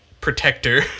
protector